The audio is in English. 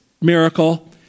miracle